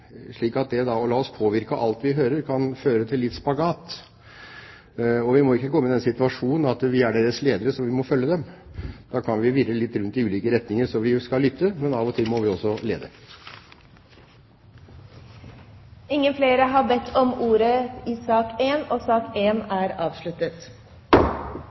slik at det da å la oss påvirke av alt vi hører, kan føre til litt spagat. Vi må ikke komme i den situasjonen at vi er deres ledere, så vi må følge dem. Da kan vi virre litt rundt i ulike retninger. Så vi skal lytte, men av og til må vi også lede. Flere har ikke bedt om ordet til sak nr. 1. Etter ønske fra energi- og